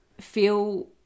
feel